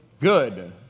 good